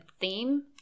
theme